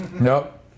Nope